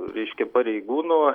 reiškia pareigūnų